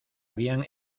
habían